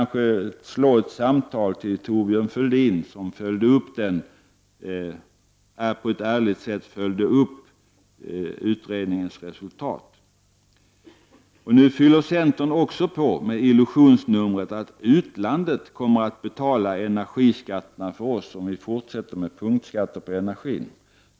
Slå även en signal till Thorbjörn Fälldin, som på ett ärligt sätt följde upp utredningens resultat. Nu fyller centern på med illusionsnumret att utlandet kommer att betala energiskatterna för oss om vi fortsätter med punktskatter på energin.